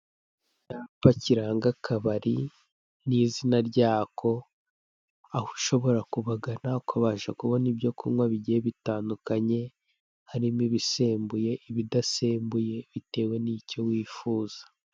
Icyapa kiranga akabari n'izina ryako, aho ushobora kubagana ukabasha kubona ibyo kunywa bigiye bitandukanye, harimo ibisembuye, ibidasembuye bitewe n'icyo wifuza.